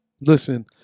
Listen